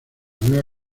nueva